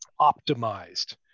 optimized